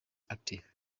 active